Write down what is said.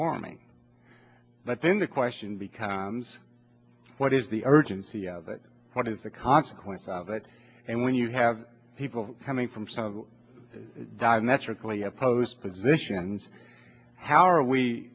warming but then the question becomes what is the urgency of it what is the consequence of it and when you have people coming from diametrically opposed positions how are we